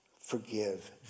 forgive